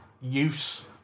use